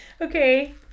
Okay